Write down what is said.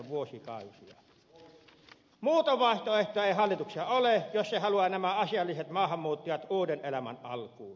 muuta vaihtoehtoa ei hallituksella ole jos se haluaa nämä asialliset maahanmuuttajat uuden elämän alkuun